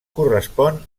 correspon